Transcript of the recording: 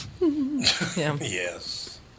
Yes